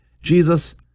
Jesus